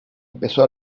empezó